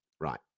Right